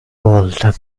volta